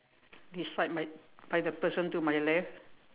decide by by the person to my left